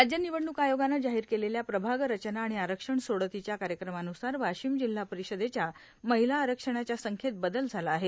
राज्य निवडणूक आयोगानं जाहौर केलेल्या प्रभाग रचना आर्गाण आरक्षण सोडतीच्या कायक्रमान्सार वाशिम जिल्हा र्पारषदेच्या र्माहला आरक्षणाच्या संख्येत बदल झाला आहे